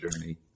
journey